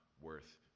worth